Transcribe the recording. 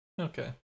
Okay